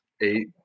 eight